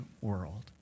world